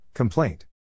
Complaint